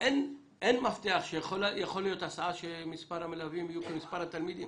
אין מפתח שיכולה להיות הסעה שמספר המלווים יהיה כמספר התלמידים.